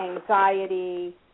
anxiety